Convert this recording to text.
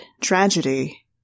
Tragedy